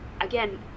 again